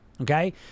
Okay